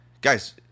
Guys